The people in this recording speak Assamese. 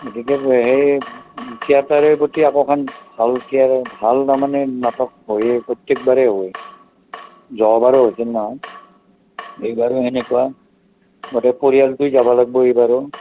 গতিকে থিয়েটাৰে প্ৰতি একোখন ভাল থিয়েটাৰ ভাল তাৰমানে নাটক হয়েই প্ৰত্যেক বাৰে হোয়ে যোৱাবাৰো হৈছিল নহয় এইবাৰো তেনেকুৱা গোটেই পৰিয়ালটো যাব লাগিব এইবাৰো